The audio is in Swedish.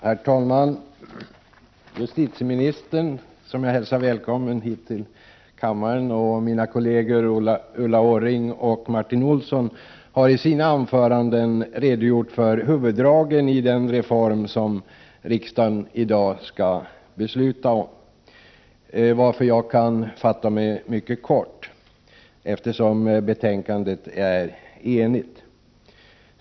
Herr talman! Justitieministern — som jag hälsar välkommen hit till kammaren — och mina kolleger Ulla Orring och Martin Olsson har i sina anföranden redogjort för huvuddragen i den reform som riksdagen i dag skall fatta beslut om. Jag kan därför fatta mig mycket kort, särskilt som betänkandet är enhälligt.